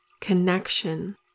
Connection